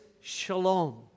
shalom